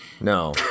No